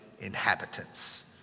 inhabitants